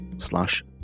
slash